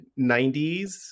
90s